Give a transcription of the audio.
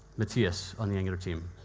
matthias on the angular team?